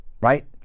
Right